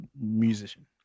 musician